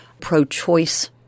pro-choice